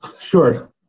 Sure